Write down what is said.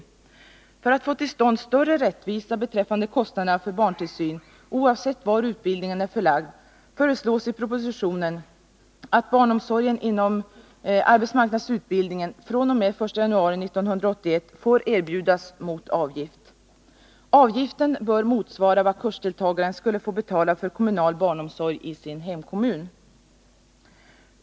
För att man skall kunna få till stånd större rättvisa beträffande kostnaderna för barntillsyn, oavsett var utbildningen är förlagd, föreslås i propositionen att barnomsorgen inom arbetsmarknadsutbildningen fr.o.m. 1 januari 1981 får erbjudas mot avgift. Avgiften bör motsvara vad kursdeltagaren skulle få betala för kommunal barnomsorg i sin hemkommun.